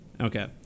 okay